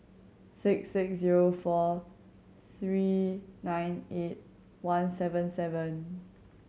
six six zero four three nine eight one seven seven